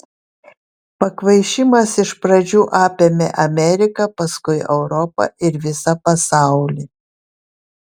pakvaišimas iš pradžių apėmė ameriką paskui europą ir visą pasaulį